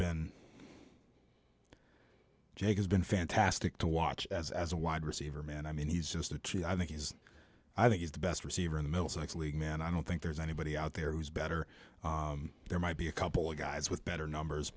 been jake has been fantastic to watch as as a wide receiver man i mean he's just a cheat i think he's i think he's the best receiver in the mills and it's league man i don't think there's anybody out there who's better there might be a couple of guys with better numbers